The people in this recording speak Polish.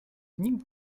nikt